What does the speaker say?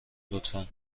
لطفا